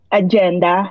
agenda